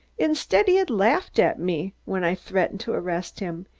instead, he had laughed at me when i threatened to arrest him,